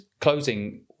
closing